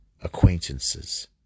acquaintances